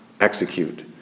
execute